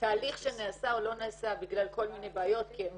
תהליך שנעשה או לא נעשה בגלל כל מיני בעיות, הן